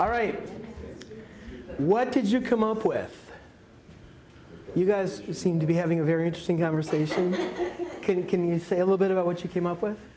all right what did you come up with you guys seem to be having a very interesting conversation can you say a little bit about what you came up with